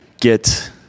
get